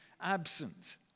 absent